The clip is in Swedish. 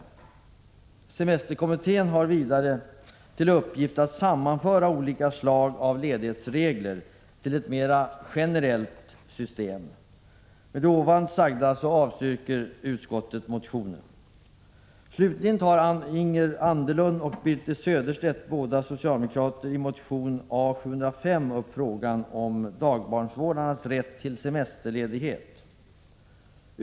Vidare har semesterkommittén till uppgift att sammanföra olika slag av ledighetsregler till ett mer generellt system. Därmed avstyrker utskottet motionen. Slutligen tar Ingegerd Anderlund och Birthe Sörestedt, båda socialdemokrater, i motion 1985/86:A705 upp frågan om dagbarnvårdarnas rätt till semesterledighet.